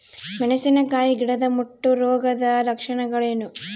ಮೆಣಸಿನಕಾಯಿ ಗಿಡದ ಮುಟ್ಟು ರೋಗದ ಲಕ್ಷಣಗಳೇನು?